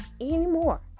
anymore